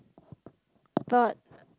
but